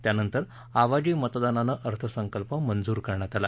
त्यानंतर आवाजी मतदानानं अर्थसंकल्प मंजूर करण्यात आला